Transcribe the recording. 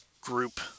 group